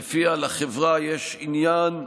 שלפיה לחברה יש עניין,